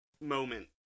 moment